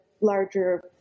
larger